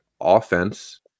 offense